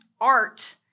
art